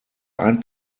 ein